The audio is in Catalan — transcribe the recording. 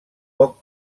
poc